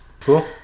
Cool